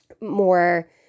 more